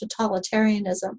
totalitarianism